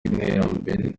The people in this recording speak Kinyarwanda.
iterambere